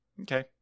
Okay